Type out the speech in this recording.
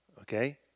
okay